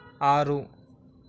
ఆరు